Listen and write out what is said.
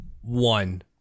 One